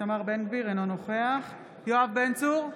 אינו נוכח יואב בן צור,